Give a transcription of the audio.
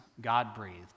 God-breathed